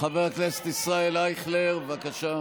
חבר הכנסת ישראל אייכלר, בבקשה.